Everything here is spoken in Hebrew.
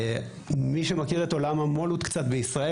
למי שמכיר את עולם המו"לות קצת בישראל,